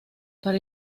para